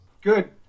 Good